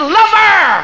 lover